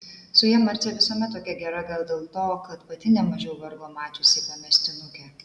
su ja marcė visuomet tokia gera gal dėl to kad pati nemažiau vargo mačiusi pamestinukė